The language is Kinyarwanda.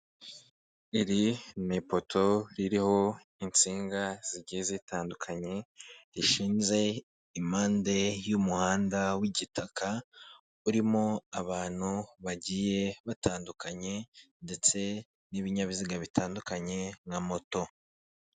Iri ni ipoto ririho insinga zigiye zitandukanye, rishinze impande y'umuhanda w'igitaka, urimo abantu bagiye batandukanye, ndetse n'ibinyabiziga bitandukanye nka moto.